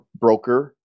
broker